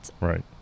right